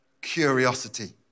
curiosity